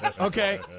Okay